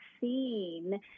seen